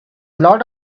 lot